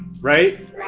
Right